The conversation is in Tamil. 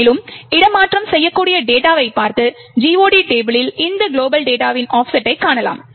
மேலும் இடமாற்றம் செய்யக்கூடிய டேட்டாவைப் பார்த்து GOT டேபிளில் இந்த குளோபல் டேட்டா myglob இன் ஆஃப்செட்டைக் காணலாம்